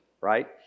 Right